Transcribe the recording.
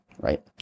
right